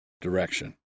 direction